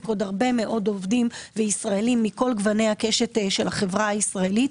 עוד הרבה מאוד עובדים וישראלים מכל גוני הקשת של החברה הישראלית,